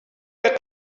let